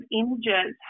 images